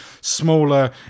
smaller